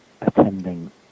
attending